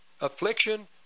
Affliction